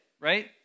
right